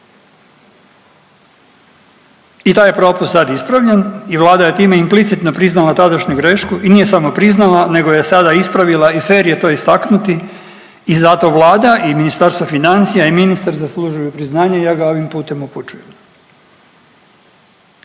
I taj je propust sad ispravljen i Vlada je time implicitno priznala tadašnju grešku i nije samo priznala, nego je sada ispravila i fer je to istaknuti i zato Vlada i Ministarstvo financija i ministar zaslužuju priznanje i ja ga ovim putem upućujem.